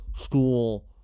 school